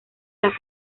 las